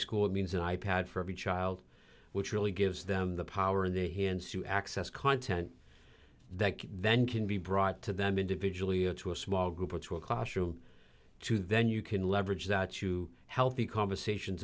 school it means an i pad for every child which really gives them the power in their hands to access content that can then can be brought to them individually or to a small group or to a classroom to then you can leverage that you healthy conversations